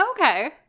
Okay